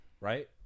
Right